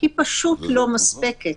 היא פשוט לא מספקת.